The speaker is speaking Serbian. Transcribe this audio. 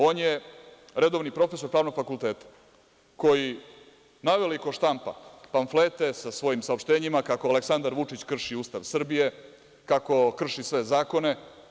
On je redovni profesor Pravnog fakulteta koji naveliko štampa pamflete sa svojim saopštenjima, kako Aleksandar Vučić krši Ustav Srbije, kako krši sve zakone.